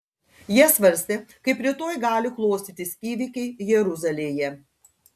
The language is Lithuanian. jie svarstė kaip rytoj gali klostytis įvykiai jeruzalėje